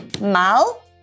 Mal